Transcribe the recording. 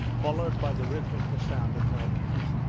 followed by the rhythmical sound of milking.